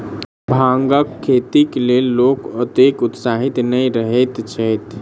भांगक खेतीक लेल लोक ओतेक उत्साहित नै रहैत छैथ